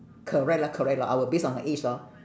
correct lah correct lah I will base on the age lor